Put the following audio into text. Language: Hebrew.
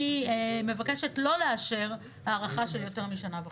אני מבקשת לא לאשר הארכה של יותר משנה וחצי.